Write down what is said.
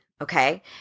okay